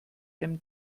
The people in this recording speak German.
einem